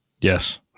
Yes